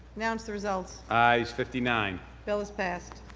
announce the result. ayes fifty nine bill is passed.